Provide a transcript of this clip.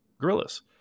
gorillas